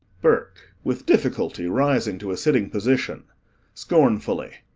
burke with difficulty rising to a sitting position scornfully.